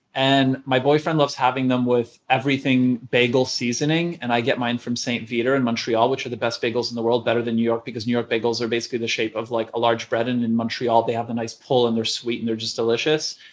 and my boyfriend loves having them with everything bagel seasoning and i get mine from st-viateur in montreal, which are the best bagels in the world better than new york, because new york bagels are basically the shape of like a large bread. and in montreal they have the nice pull and they're sweet and they're just delicious.